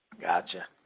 Gotcha